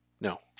No